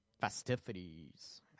festivities